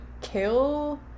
kill